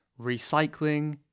recycling